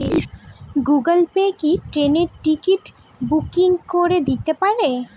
Google Pay কি ট্রেনের ticket booking করে দিতে পারে?